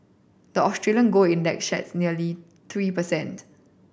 the Australian gold index shed nearly three percent